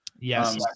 Yes